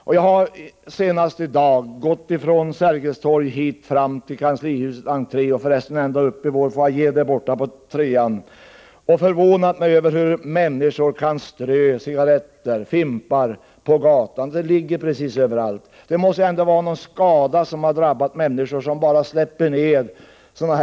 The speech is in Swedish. Senast i dag när jag gick från Sergels torg till kanslihusets entré och upp till vår foajé förvånades jag över hur människor kan strö cigaretter och fimpar omkring sig — de finns överallt. De människor som bara kastar sådana orenande saker omkring sig måste ha drabbats av någon skada.